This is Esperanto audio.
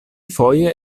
foje